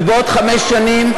ובעוד חמש שנים,